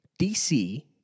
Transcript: DC